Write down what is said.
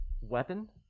Weapon